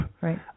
Right